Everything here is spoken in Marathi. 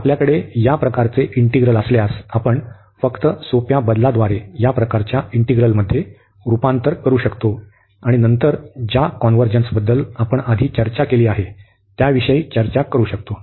तर आपल्याकडे या प्रकारचे इंटिग्रल असल्यास आपण फक्त सोप्या बदलाद्वारे या प्रकारच्या इंटिग्रलमध्ये रुपांतर करू शकतो आणि नंतर ज्या कॉन्व्हर्जन्सबद्दल आपण आधी चर्चा केली आहे त्याविषयी चर्चा करू शकतो